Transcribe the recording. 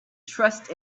trust